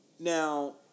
Now